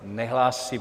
Nehlásí.